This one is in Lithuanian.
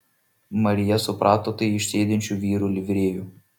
marija suprato tai iš sėdinčių vyrų livrėjų